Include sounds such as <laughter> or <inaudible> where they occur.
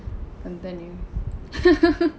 <laughs>